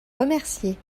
remercié